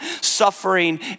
suffering